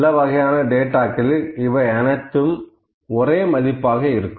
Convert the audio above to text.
சிலவகையான டேட்டாக்களில் இவை அனைத்தும் ஒரே மதிப்பாகும்